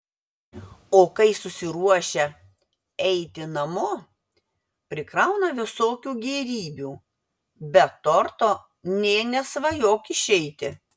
o kai susiruošia eiti namo prikrauna visokių gėrybių be torto nė nesvajok išeiti